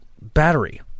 battery